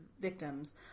victims